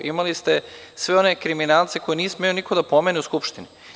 Imali ste sve one kriminalce koje niko nije smeo da pomene u Skupštini.